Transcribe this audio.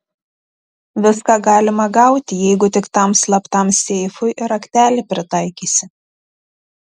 viską galima gauti jeigu tik tam slaptam seifui raktelį pritaikysi